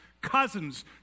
cousins